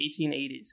1880s